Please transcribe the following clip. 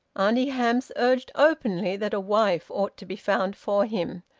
auntie hamps urged openly that a wife ought to be found for him.